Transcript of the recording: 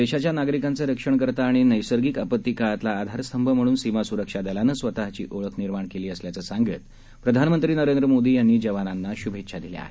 देशाच्या नागरिकांचे रक्षणकर्ता आणि नैसर्गिक आपतीकाळातला आधारस्तंभ म्हणून सीमा स्रक्षा दलानं स्वतःची ओळख निर्माण केली असल्याचं सांगत प्रधानमंत्री नरेंद्र मोदी यांनी जवानांना श्भेच्छा दिल्या आहेत